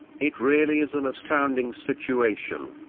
it really is an astounding situation.